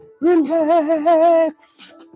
Relax